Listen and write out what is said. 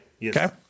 Yes